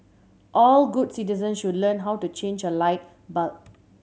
all good citizens should learn how to change a light bulb